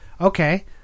Okay